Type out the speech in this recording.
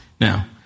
Now